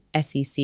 SEC